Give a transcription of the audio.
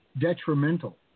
detrimental